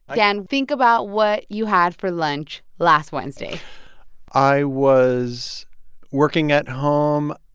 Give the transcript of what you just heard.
dan, think about what you had for lunch last wednesday i was working at home.